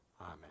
Amen